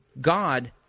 God